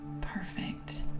Perfect